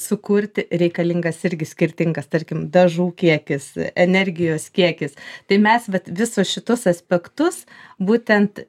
sukurti reikalingas irgi skirtingas tarkim dažų kiekis energijos kiekis tai mes vat visus šituos aspektus būtent